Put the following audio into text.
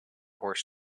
horse